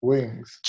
Wings